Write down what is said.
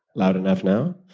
loud enough now?